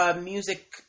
music